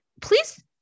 please